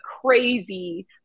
crazy